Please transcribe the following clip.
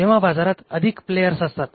जेव्हा बाजारात अधिक प्लेयर्स असतात